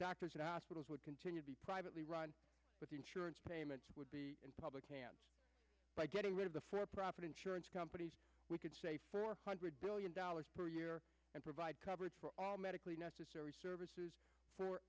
doctors and hospitals would continue to be privately run but the insurance payments would be in public hands by getting rid of the for profit insurance companies we could say four hundred billion dollars per year and provide coverage for all medically necessary services for